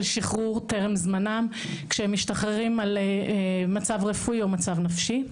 שחרור טרם זמנם כשהם משתחררים על מצב רפואי או מצב נפשי.